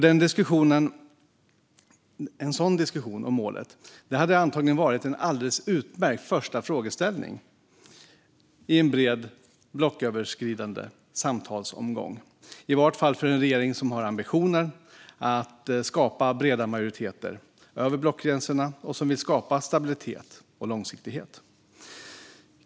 En sådan diskussion om målet hade antagligen varit en alldeles utmärkt första frågeställning i en bred blocköverskridande samtalsomgång, i varje fall för en regering som har ambitionen att skapa breda majoriteter över blockgränserna och som vill skapa stabilitet och långsiktighet.